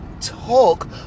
talk